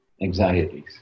anxieties